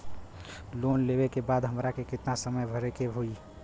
Loan लेवे के बाद हमरा के कितना समय मे भरे के होई?